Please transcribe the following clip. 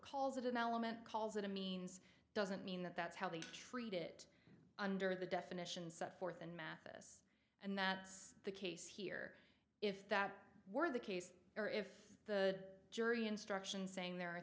calls it an element calls it a means doesn't mean that that's how they treat it under the definitions set forth and mathis and that's the case here if that were the case or if the jury instruction saying there